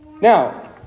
Now